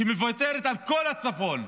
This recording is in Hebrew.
שמוותרת על כל הצפון.